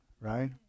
Right